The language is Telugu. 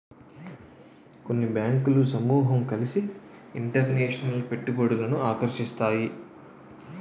కొన్ని బ్యాంకులు సమూహం కలిసి ఇంటర్నేషనల్ పెట్టుబడులను ఆకర్షిస్తాయి